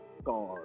guard